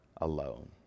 alone